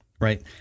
right